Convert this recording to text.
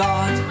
God